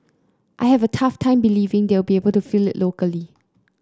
I have a tough time believing they'll be able to fill it locally